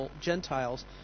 Gentiles